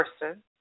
person